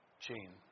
Gene